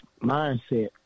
mindset